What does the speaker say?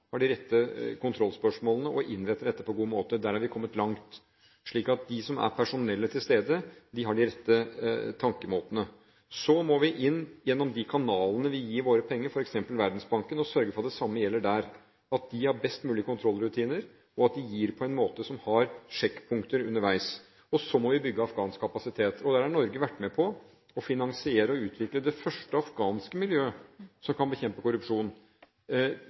har de rette kontrollspørsmålene og innretter dette på en god måte – der har vi kommet langt – og slik at det personellet som er til stede, har de rette tenkemåtene. Så må vi inn gjennom de kanalene vi gir våre penger, f.eks. Verdensbanken, og sørge for at det samme gjelder der, at de har best mulig kontrollrutiner, og at de gir på en måte som har sjekkpunkter underveis. Så må vi bygge afghansk kapasitet. Norge har vært med på å finansiere og utvikle det første afghanske miljøet som kan bekjempe korrupsjon.